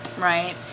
right